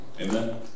Amen